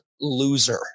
loser